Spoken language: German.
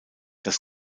das